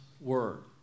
word